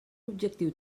objectiu